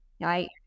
Right